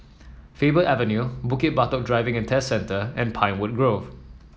Faber Avenue Bukit Batok Driving And Test Centre and Pinewood Grove